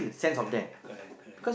correct correct correct